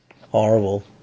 horrible